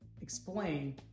explain